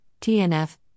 TNF